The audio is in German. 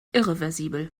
irreversibel